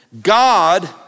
God